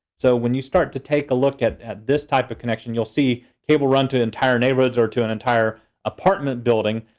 so when you start to take a look at at this type of connection you'll see cable run to entire neighborhoods or to an entire apartment building.